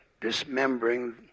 dismembering